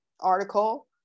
article